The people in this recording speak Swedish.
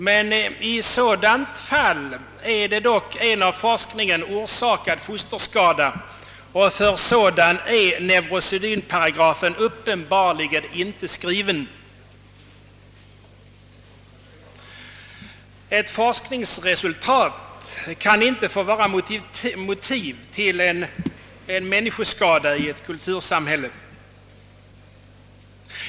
Men i sådant fall är det dock fråga om en av forskningen förorsakad fosterskada, och för sådana är nevrosedynparagrafen uppenbarligen inte skriven. Ett forskningsresultat kan inte få motivera en människoskada i ett kultursambhälle.